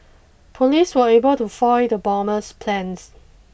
police were able to foil the bomber's plans